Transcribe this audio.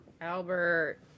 Albert